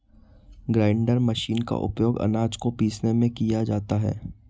grinder machine का उपयोग आनाज को पीसने में किया जाता है